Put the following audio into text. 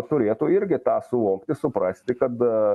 turėtų irgi tą suvokti suprasti kad